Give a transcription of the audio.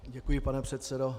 Děkuji, pane předsedo.